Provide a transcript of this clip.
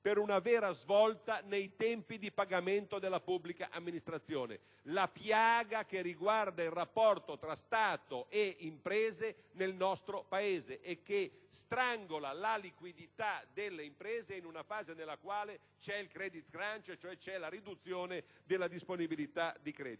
per una vera svolta nei tempi di pagamento della pubblica amministrazione, la piaga che riguarda il rapporto tra Stato ed imprese nel nostro Paese e che strangola la liquidità delle imprese in una fase nella quale c'è il *credit crunch,* cioè la riduzione della disponibilità di credito.